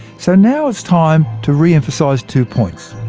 so now it's time to re-emphasise two points.